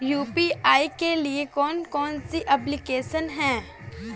UPI के लिए कौन कौन सी एप्लिकेशन हैं?